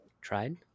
Tried